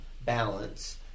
balance